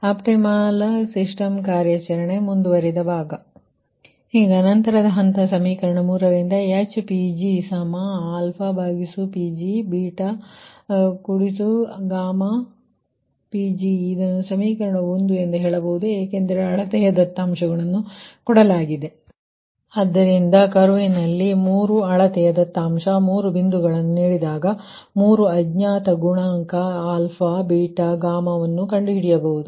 optimal system ಕಾರ್ಯಾಚರಣೆ ಮುಂದುವರಿದ ಭಾಗ ನಂತರದ ಹಂತ ಸಮೀಕರಣ 3 ರಿಂದ HPgPgPg ಇದನ್ನು ಸಮೀಕರಣ 1 ಎಂದು ಹೇಳಬಹುದು ಏಕೆಂದರೆ ಅಳತೆಯ ದತ್ತಾಂಶ ಕೊಡಲಾಗಿದೆ ಆದುದರಿಂದ ಕರ್ವ್ ನಲ್ಲಿ 3 ಅಳತೆಯ ದತ್ತಾಂಶ 3 ಬಿಂದುಗಳನ್ನು ನೀಡಿದಾಗ 3 ಅಜ್ಞಾತ ಗುಣಾಂಕ β γ ವನ್ನು ಕಂಡು ಹಿಡಿಯಬಹುದು